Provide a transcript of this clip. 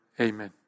Amen